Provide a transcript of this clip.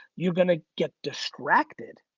you're gonna get distracted,